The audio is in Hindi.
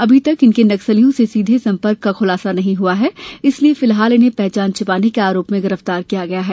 अभी तक इनके नक्सलियों से सीधे संपर्क का खुलासा नहीं हुआ है इसलिए फिलहाल इन्हें पहचान छिपाने के आरोप में गिरफ्तार किया है